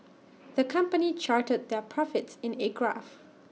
the company charted their profits in A graph